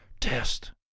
Test